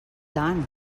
tant